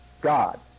God